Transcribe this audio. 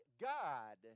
God